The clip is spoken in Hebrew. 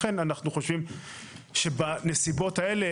לכן אנו חושבים שבנסיבות האלה